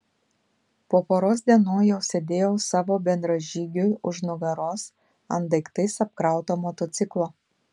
po poros dienų jau sėdėjau savo bendražygiui už nugaros ant daiktais apkrauto motociklo